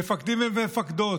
מפקדים ומפקדות,